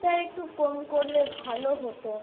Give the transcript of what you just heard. sir একটু কম করলে ভালো হতো